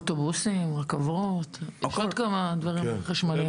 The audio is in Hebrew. אוטובוסים, רכבות, יש עוד כמה דברים חשמליים.